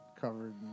Covered